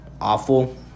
awful